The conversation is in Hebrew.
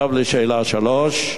לשאלה 3,